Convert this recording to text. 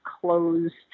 closed